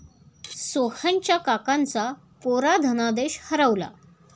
सोहनच्या काकांचा कोरा धनादेश हरवला